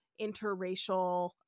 interracial